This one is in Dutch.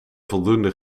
voldoende